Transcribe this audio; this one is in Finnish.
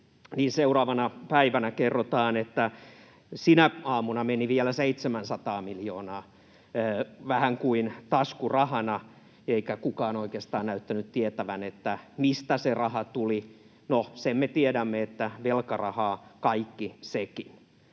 seuraavana päivänä kerrottiin, että sinä aamuna meni vielä 700 miljoonaa vähän kuin taskurahana, eikä kukaan oikeastaan näyttänyt tietävän, mistä se raha tuli. No, sen me tiedämme, että velkarahaa kaikki sekin.